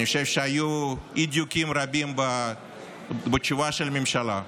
אני חושב שהיו אי-דיוקים רבים בתשובה של הממשלה.